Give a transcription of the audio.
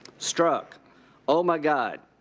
strzok oh, my god.